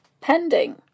Pending